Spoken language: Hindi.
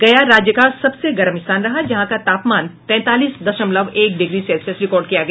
गया राज्य का सबसे गरम स्थान रहा जहां का तापमान तैंतालीस दशमलव एक डिग्री सेल्सियस रिकॉर्ड किया गया